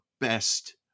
best